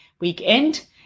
weekend